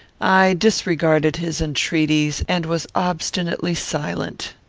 i disregarded his entreaties, and was obstinately silent.